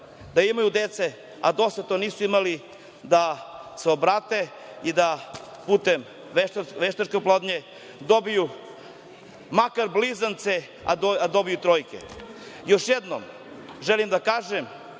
da imaju dece, a do sada to nisu imali da se obrate i da putem veštačke oplodnje dobiju makar blizance, a i trojke. Još jednom, želim da kažem